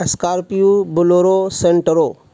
scorpio bolero Santro